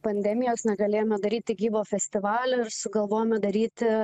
pandemijos negalėjome daryti gyvo festivalio ir sugalvojome daryti